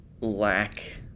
lack